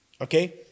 Okay